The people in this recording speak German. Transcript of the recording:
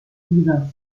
sievers